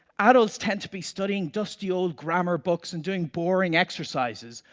adults tend to be studying dusty old grammar books and doing boring exercises,